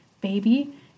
baby